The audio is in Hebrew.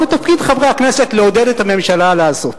ותפקיד חברי הכנסת לעודד את הממשלה לעשות.